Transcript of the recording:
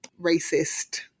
racist